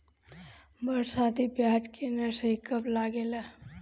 बरसाती प्याज के नर्सरी कब लागेला?